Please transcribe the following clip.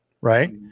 right